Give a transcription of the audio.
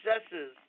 successes